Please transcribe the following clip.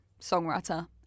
songwriter